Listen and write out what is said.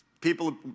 people